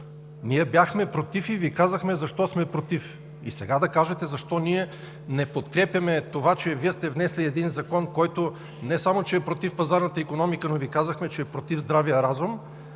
Ние бяхме против и Ви казахме защо сме против. И сега да кажете защо ние не подкрепяме това, че сте внесли Закон, който не само че е против пазарната икономика, но Ви казахме, че е и против здравия разум?!